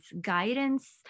guidance